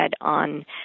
on